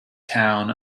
town